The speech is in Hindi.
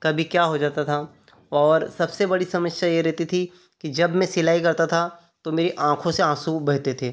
कभी क्या हो जाता था और सबसे बड़ी समस्या ये रहती थी कि जब मैं सिलाई करता था तो मेरी आँखों से आँसू बहते थे